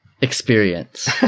experience